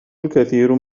الكثير